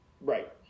Right